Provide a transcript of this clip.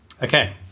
Okay